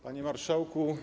Panie Marszałku!